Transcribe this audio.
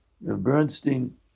Bernstein